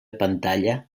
pantalla